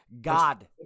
God